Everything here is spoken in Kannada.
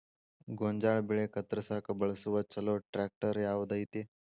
ಗೋಂಜಾಳ ಬೆಳೆ ಕತ್ರಸಾಕ್ ಬಳಸುವ ಛಲೋ ಟ್ರ್ಯಾಕ್ಟರ್ ಯಾವ್ದ್ ಐತಿ?